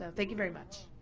ah thank you very much.